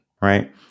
right